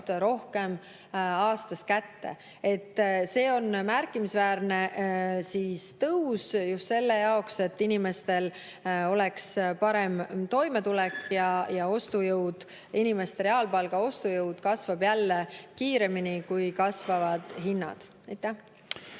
rohkem aastas kätte. See on märkimisväärne tõus just selleks, et inimestel oleks parem toimetulek ja ostujõud. Inimeste reaalpalga ostujõud kasvab jälle kiiremini, kui kasvavad hinnad. Aitäh!